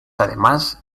además